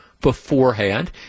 beforehand